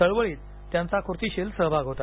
चळवळीत त्यांचा कृतिशील सहभाग होता